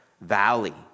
valley